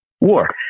war